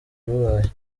bubaye